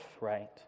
right